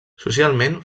socialment